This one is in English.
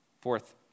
Fourth